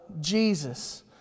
Jesus